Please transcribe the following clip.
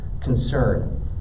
concern